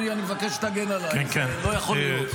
אדוני, אני מבקש שתגן עליי, זה לא יכול להיות.